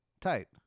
Tight